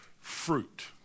fruit